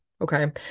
Okay